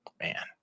Man